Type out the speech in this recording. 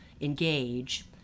engage